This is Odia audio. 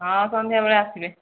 ହେଉ ସନ୍ଧ୍ୟାବେଳେ ଆସିବେ